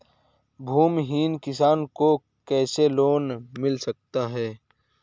भूमिहीन किसान को लोन कैसे मिल सकता है?